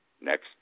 next